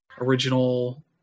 original